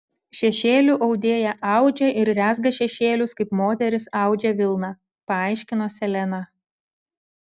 šešėlių audėja audžia ir rezga šešėlius kaip moterys audžia vilną paaiškino seleną